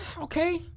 okay